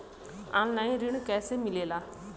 Online ऋण कैसे मिले ला?